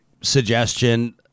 suggestion